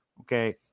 Okay